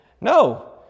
No